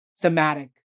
thematic